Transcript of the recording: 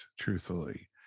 Truthfully